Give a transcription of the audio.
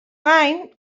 gain